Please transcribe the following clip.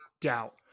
doubt